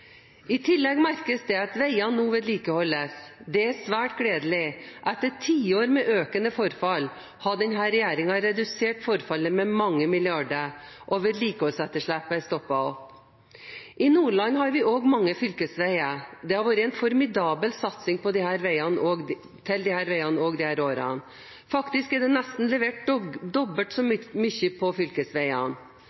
I tillegg merkes det at veiene nå vedlikeholdes – det er svært gledelig. Etter tiår med økende forfall har denne regjeringen redusert forfallet med mange milliarder, og vedlikeholdsetterslepet har stoppet opp. I Nordland har vi mange fylkesveier. I disse årene har det vært en formidabel satsing på disse veiene, faktisk er det levert nesten dobbelt så